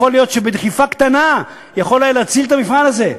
יכול להיות שבדחיפה קטנה הוא יכול היה להציל את המפעל הזה.